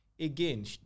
again